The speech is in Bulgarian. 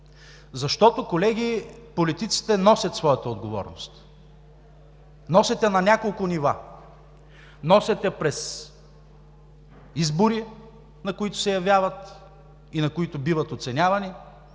защото, колеги, политиците носят своята отговорност на няколко нива – носят я през избори, на които се явяват и на които биват оценявани,